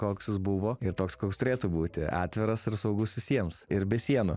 koks jis buvo ir toks koks turėtų būti atviras ir saugus visiems ir be sienų